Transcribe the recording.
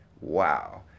wow